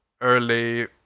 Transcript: early